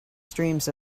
streams